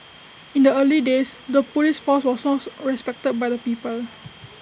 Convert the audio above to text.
in the early days the Police force was source respected by the people